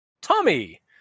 Tommy